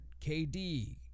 KD